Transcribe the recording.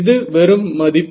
இது வெறும் மதிப்பு